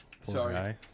Sorry